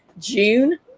June